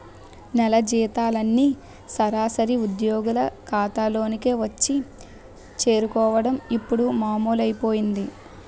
నెల జీతాలన్నీ సరాసరి ఉద్యోగుల ఖాతాల్లోకే వచ్చి చేరుకోవడం ఇప్పుడు మామూలైపోయింది